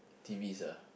T_Vs ah